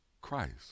Christ